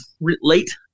late